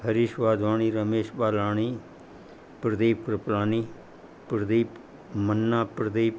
Harish Wadhwani Ramesh Balani Pradeep Pripalani Pradeep Manna Pradeep